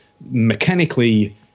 mechanically